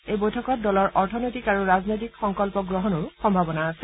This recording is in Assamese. এই বৈঠকত দলৰ অৰ্থনৈতিক আৰু ৰাজনৈতিক সংকল্প গ্ৰহণৰো সম্ভাৱনা আছে